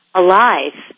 alive